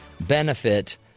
benefit